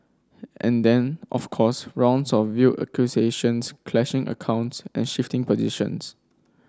and then of course rounds of veiled accusations clashing accounts and shifting positions